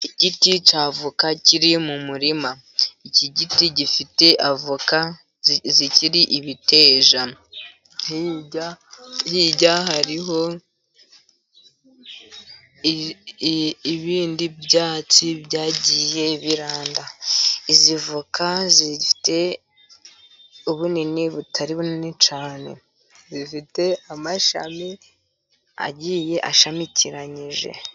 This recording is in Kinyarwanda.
Igiti cy'avoka kiri mu murima, iki giti gifite avoka zikiri ibiteja, hirya hariho ibindi byatsi byagiye biranda, izi avoka zifite ubunini butari bunini cyane, zifite amashami agiye ashamikiranyije.